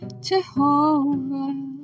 Jehovah